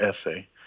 essay